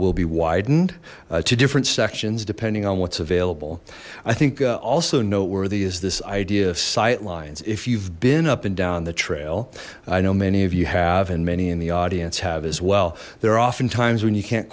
will be widened to different sections depending on what's available i think also noteworthy is this idea of sight lines if you've been up and down the trail i know many of you have and many in the audience have as well there are often times when you can't